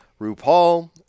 RuPaul